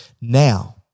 Now